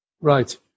Right